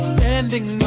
Standing